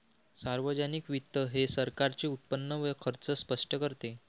सार्वजनिक वित्त हे सरकारचे उत्पन्न व खर्च स्पष्ट करते